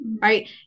right